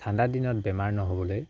ঠাণ্ডা দিনত বেমাৰ নহ'বলৈ